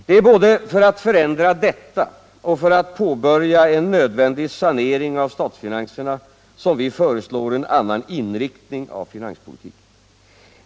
Det är både för att förändra detta och för att påbörja en nödvändig sanering av statsfinanserna som vi föreslår en annan inriktning av finanspolitiken.